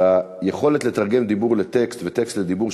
היכולת לתרגם דיבור לטקסט וטקסט לדיבור,